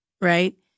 right